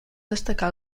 destacar